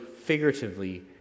figuratively